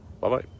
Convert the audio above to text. Bye-bye